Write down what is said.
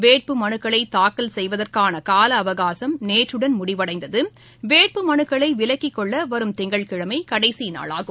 வேட்புமனுக்களை தாக்கல் செய்வதற்கான கால அவகாசம் நேற்றுடன் முடிவடைந்தது வேட்புமனுக்களை விலக்கிக்கொள்ள வரும் திங்கட்கிழமை கடைசி நாளாகும்